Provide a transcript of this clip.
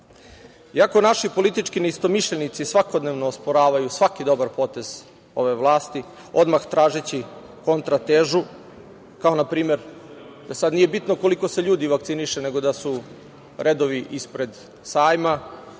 naši politički neistomišljenici svakodnevno osporavaju svaki dobar potez ove vlasti, odmah tražeći kontra težu, kao npr, sada nije bitno koliko se ljudi vakciniše, nego da su redovi ispred „Sajma“